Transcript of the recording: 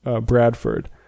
Bradford